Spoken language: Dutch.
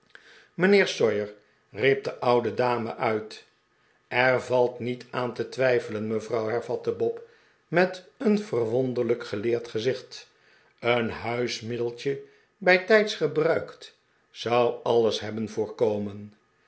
sawyer riep de oude dame uit er valt niet aan te twijfelen mevrouw hervatte bob met een verwonderlijk geleerd gezicht een huismiddeltje bijtijds gebruikt zou alles hebben voorkomen